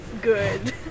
good